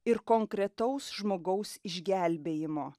ir konkretaus žmogaus išgelbėjimo